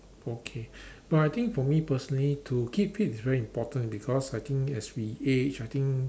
okay but I think for me personally to keep fit is very important because I think as we age I think